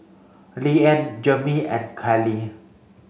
Liane Jermey and Keli